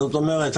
זאת אומרת,